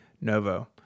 Novo